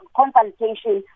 consultation